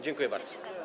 Dziękuję bardzo.